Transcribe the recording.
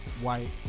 White